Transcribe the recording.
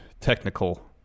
technical